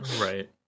right